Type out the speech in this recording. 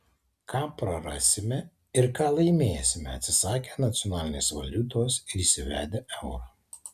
ką prarasime ir ką laimėsime atsisakę nacionalinės valiutos ir įsivedę eurą